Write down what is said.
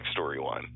storyline